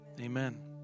amen